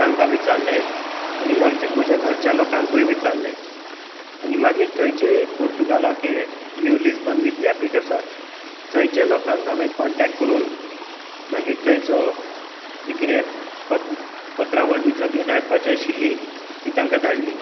तांकां विचारलें आनी म्हज्या घरच्या लोकांकूय विचारलें आनी मागीर थंयचे पुर्तुगालाक हें नीव लिजबॉन विद्यापीठ आसा थंयचे लोकांक हांवें कॉनटेक्ट करून मागीर थंयचो जे कितें पत्रावळ बी सगळी धाडपाची आशिल्ली ती तांकां धाडली